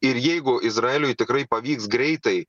ir jeigu izraeliui tikrai pavyks greitai